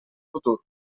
futur